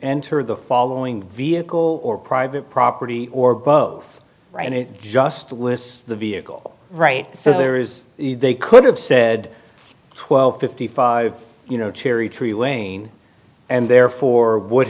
enter the following vehicle or private property or both and it's just with the vehicle right so there is they could have said twelve fifty five you know cherry tree lane and therefore would